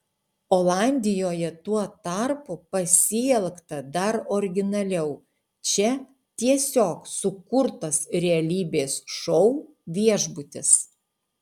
olandijoje tuo tarpu pasielgta dar originaliau čia tiesiog sukurtas realybės šou viešbutis